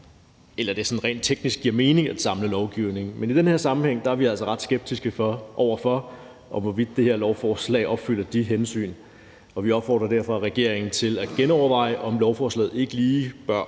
eller det sådan rent teknisk giver mening at samle lovgivning. Men i den her sammenhæng er vi altså ret skeptiske over for, hvorvidt det her lovforslag opfylder de hensyn. Vi opfordrer derfor regeringen til at genoverveje, om lovforslaget ikke lige bør